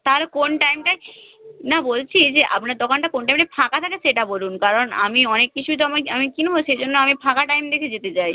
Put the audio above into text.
তাহলে কোন টাইমটায় না বলছি যে আপনার দোকানটা কোন টাইমটায় ফাঁকা থাকে সেটা বলুন কারণ আমি অনেক কিছুই তো আমি আমি কিনবো সেই জন্য আমি ফাঁকা টাইম দেখে যেতে চাই